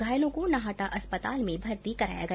घायलों को नाहटा अस्पताल में भर्ती कराया गया